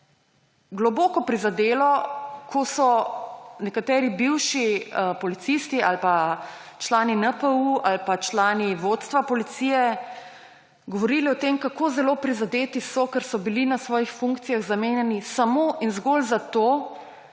globoko prizadelo, ko so nekateri bivši policisti, ali pa člani NPU, ali pa člani vodstva policije govorili o tem, kako zelo prizadeti so, ker so bili na svojih funkcijah zamenjani samo in zgolj zato,